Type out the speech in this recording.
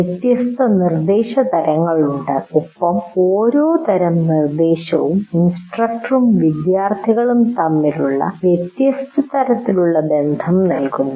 വ്യത്യസ്ത നിർദ്ദേശതരങ്ങളുണ്ട് ഒപ്പം ഓരോ നിർദ്ദേശതരവും ഇൻസ്ട്രക്ടറും വിദ്യാർത്ഥികളും തമ്മിലുള്ള വ്യത്യസ്ത തരത്തിലുള്ള ബന്ധം നൽകുന്നു